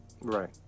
right